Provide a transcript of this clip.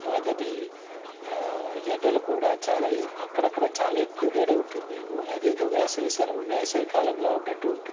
అలాగని ఎండలు కూడా చాలా ఎ అక్కడక్కడ చాలా ఎక్కువగానే ఉంటుంది అదేదో వేసవి సెలవు వేసవికాలంలో ఉన్నట్టు ఉంటుంది